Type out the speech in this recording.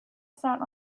sat